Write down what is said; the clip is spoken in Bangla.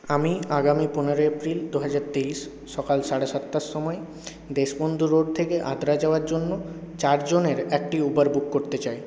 আমি আগামী পনেরোই এপ্রিল দুহাজার তেইশ সকাল সাড়ে সাতটার সময় দেশবন্ধু রোড থেকে আদ্রা যাওয়ার জন্য চার জনের একটি উবার বুক করতে